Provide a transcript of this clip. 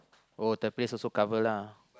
oh the place also cover lah